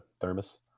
thermos